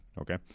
Okay